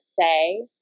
say